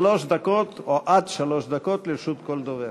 שלוש דקות, או עד שלוש דקות לרשות כל דובר.